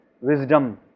wisdom